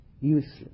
useless